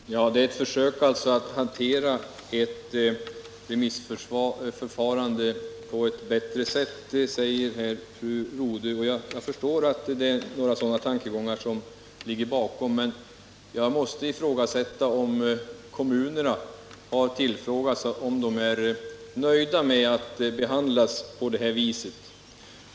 Herr talman! Det är ett försök att hantera remissförfarandet på ett bättre sätt, säger här fru Rodhe. Jag förstår att det är sådana tankegångar som ligger bakom, men jag måste ifrågasätta om kommunerna har tillfrågats om de är nöjda med att behandlas på detta vis.